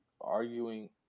arguing